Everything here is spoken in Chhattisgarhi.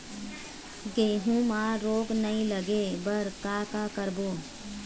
गेहूं म रोग नई लागे बर का का करबो?